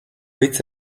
hitz